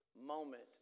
moment